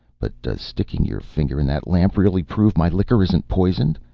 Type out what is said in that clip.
but does sticking your finger in that lamp really prove my liquor isn't poisoned?